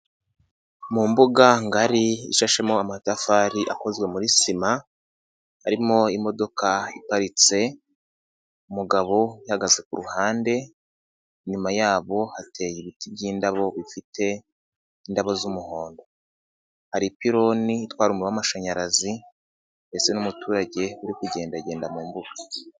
Mu mbuga ngari ishashemo amatafari akozwe muri sima, harimo imodoka iparitse, umugabo yahagaze ku ruhande, inyuma yabo hateye ibiti by'indabo bifite indabo z'umuhondo, hari ipiloni itwara umuriro wa amashanyarazi, ndetse n'umuturage uri kugenda genda mu mbuga.